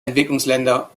entwicklungsländer